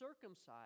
circumcised